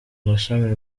amashami